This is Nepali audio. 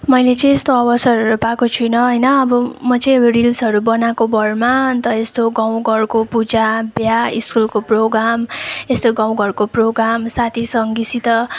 मैले चाहिँ यस्तो अवसरहरू पाएको छुइनँ होइन अब म चाहिँ रिल्सहरू बनाएको भरमा अन्त यस्तो गाउँ घरको पूजा बिहा स्कुलको प्रोग्राम यस्तो गाउँ घरको प्रोग्राम साथीसङ्गीसित